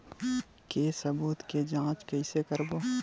के सबूत के जांच कइसे करबो?